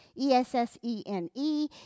E-S-S-E-N-E